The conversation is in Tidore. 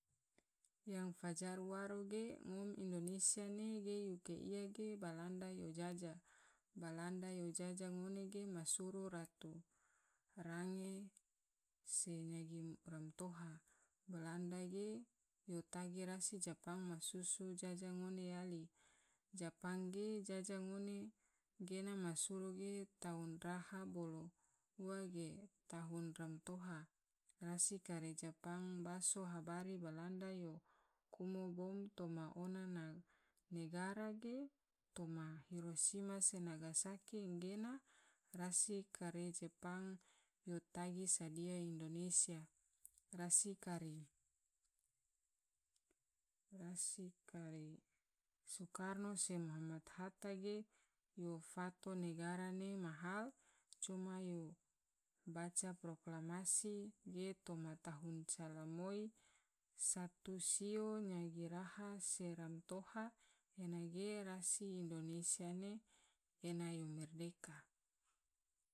Yang fajaru waro ge ngom indonesia ge ne yuke iya ge belanda yo jaja balanda yo jaja ngone ge ma suru ratu range se nyagi romtoha balanda ge yo tagi rasi japang ma susu jaja ngom yali, japang ge jaja ngone gena ma suru ge tahun raha bolo ua ge tahun romtoha rasi karehe japang baso habari balanda yo kumo bom toma ona na nagara ge toma hirosima se nagasaki gena, rasi kari japang yo tagi sodia indonesia rasi kari soekarno se moh hatta ge yo fato negara ne ma hal coma yo waca proklamasi ge toma tahun cala moi ratu sio yagi raha se romtoha ena ge rasi indonesia ne ena yo merdeka.